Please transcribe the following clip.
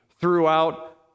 throughout